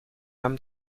âme